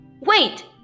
Wait